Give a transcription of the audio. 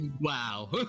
wow